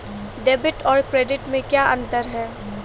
Debit और credit में क्या अंतर है?